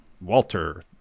Walter